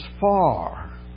far